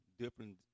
different